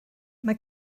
mae